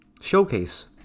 showcase